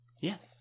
Yes